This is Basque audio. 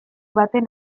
baten